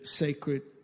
sacred